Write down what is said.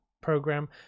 program